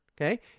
okay